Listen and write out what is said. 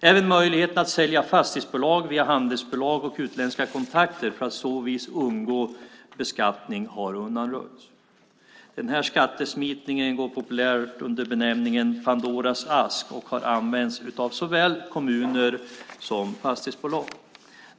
Även möjligheten att sälja fastighetsbolag via handelsbolag och utländska kontakter för att på så vis undgå beskattning har undanröjts. Den här skattesmitningen går populärt under benämningen Pandoras ask och har använts av såväl kommuner som fastighetsbolag.